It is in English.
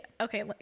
okay